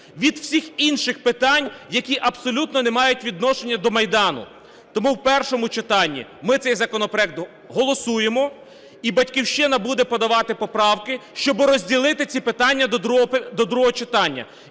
від усіх інших питань, які абсолютно не мають відношення до Майдану. Тому в першому читанні ми цей законопроект голосуємо, і "Батьківщина" буде подавати поправки, щоб розділити ці питання до другого читання.